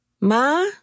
Ma